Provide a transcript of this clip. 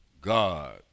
God